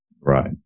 Right